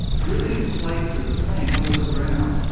dripping flakes of paint onto the ground.